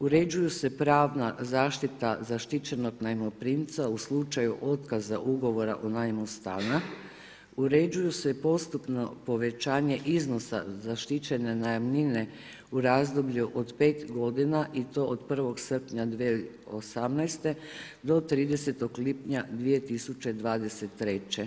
Uređuje se pravna zaštita zaštićenog najmoprimca u slučaju otkaza Ugovora o najmu stana, uređuje se i postupno povećanje iznosa zaštićene najamnine u razdoblju od 5 godina i to od 1. srpnja 2018. do 30. lipnja 2023.